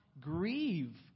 grieve